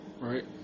right